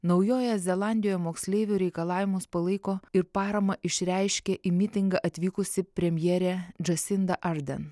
naujojoje zelandijoje moksleivių reikalavimus palaiko ir paramą išreiškė į mitingą atvykusi premjerė džasinda arden